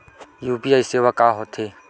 UPI सेवा का होथे?